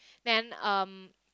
then um